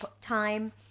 time